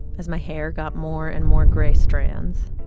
as my hair got more and more gray strands,